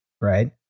right